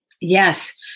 Yes